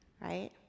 Right